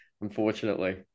unfortunately